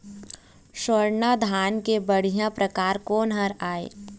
स्वर्णा धान के बढ़िया परकार कोन हर ये?